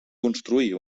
construir